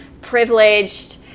privileged